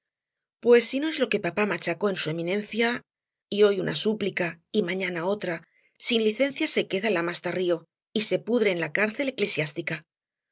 pues si no es lo que papá machacó en su eminencia y hoy una súplica y mañana otra sin licencias se queda lamas tarrío y se pudre en la cárcel